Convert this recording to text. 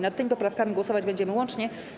Nad tymi poprawkami głosować będziemy łącznie.